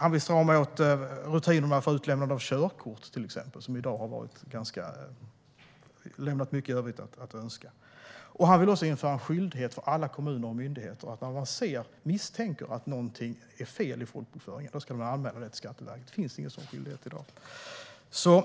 Han vill till exempel strama åt rutinerna för utlämnande av körkort, som i dag har lämnat mycket i övrigt att önska. Han vill också införa en skyldighet för alla kommuner och myndigheter att när de misstänker att någonting är fel i folkbokföringen ska de anmäla det till Skatteverket. Det finns inte någon sådan skyldighet i dag.